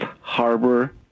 Harbor